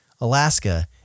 Alaska